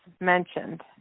mentioned